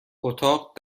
اتاق